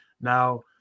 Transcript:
Now